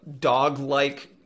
dog-like